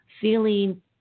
feeling